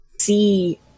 see